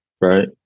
right